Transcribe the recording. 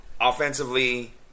offensively